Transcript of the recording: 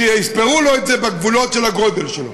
ויספרו לו את זה בגבולות של הגודל שלו.